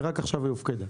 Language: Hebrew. ורק עכשיו היא מופקדת.